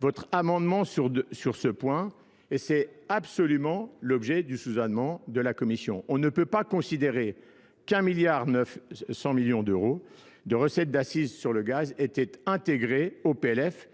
votre amendement sur ce point et c'est absolument l'objet du sous-annement de la Commission. On ne peut pas considérer qu'un milliard neuf cent millions d'euros de recettes d'assises sur le gaz étaient intégrées au PLF